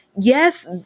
Yes